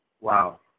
Wow